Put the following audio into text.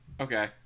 Okay